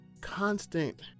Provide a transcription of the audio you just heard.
constant